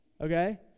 Okay